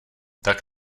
tak